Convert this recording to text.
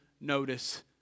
notice